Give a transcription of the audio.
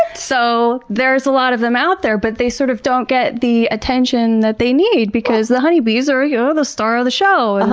so, there's a lot of them out there but they sort of don't get the attention that they need because the honey bees are are you know the star of the show.